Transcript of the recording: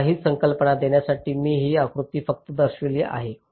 तुम्हाला ही कल्पना देण्यासाठी मी हे आकृती फक्त दर्शविले आहे